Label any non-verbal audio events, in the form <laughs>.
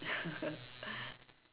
<laughs>